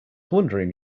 wondering